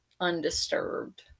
undisturbed